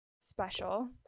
special